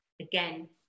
again